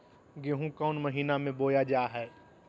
गेहूँ कौन महीना में बोया जा हाय?